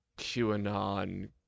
QAnon